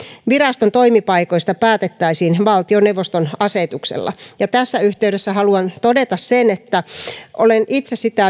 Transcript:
viraston toimipaikoista päätettäisiin valtioneuvoston asetuksella ja tässä yhteydessä haluan todeta sen että olen itse sitä